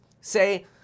say